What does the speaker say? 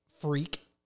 freak